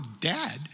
dad